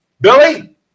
Billy